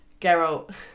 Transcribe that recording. Geralt